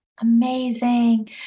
Amazing